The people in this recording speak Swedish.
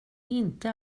inte